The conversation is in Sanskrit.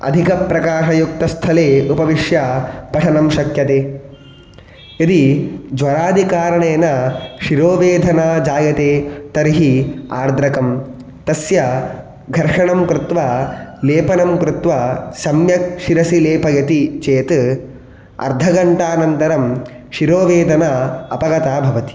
अधिकप्रकाशयुक्तस्थले उपविश्य पठनं शक्यते यदि ज्वरादिकारणेन शिरोवेदना जायते तर्हि आर्द्रकं तस्य घर्षणं कृत्वा लेपनं कृत्वा सम्यक् शिरसि लेपयति चेत् अर्धघण्टानन्तरं शिरोवेदना अपगता भवति